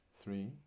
three